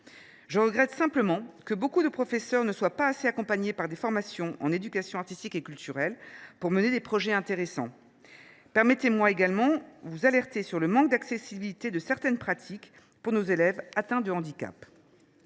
je regrette simplement que beaucoup de professeurs ne soient pas assez accompagnés par des formations en éducation artistique et culturelle pour mener des projets intéressants. Permettez moi également, madame la ministre, de vous alerter sur le manque d’accessibilité de certaines pratiques pour nos élèves atteints de handicap.